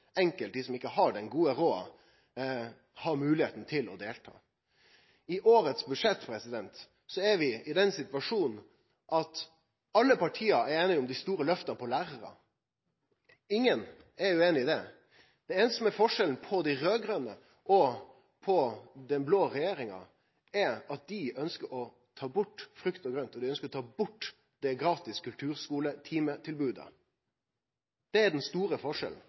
enkelt, dei som ikkje har god råd, har moglegheit til å delta. Når det gjeld årets budsjett, er vi i den situasjonen at alle partia er einige om dei store lyfta for lærarane. Ingen er ueinig i det. Den einaste forskjellen på dei raud-grøne partia og den blå regjeringa er at regjeringa ønskjer å ta bort frukt og grønt og det gratis kulturskuletimetilbodet – det er den store forskjellen.